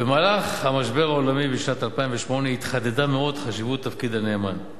במהלך המשבר העולמי בשנת 2008 התחדדה מאוד חשיבות תפקיד הנאמן,